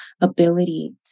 ability